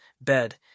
bed